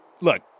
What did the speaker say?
Look